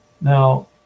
Now